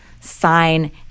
sign